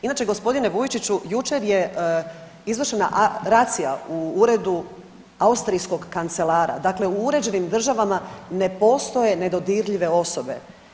Inače gospodine Vujčiću jučer je izvršena racija u uredu austrijskog kancelara, dakle u uređenim državama ne postoje nedodirljive osobe.